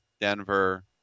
Denver